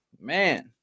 Man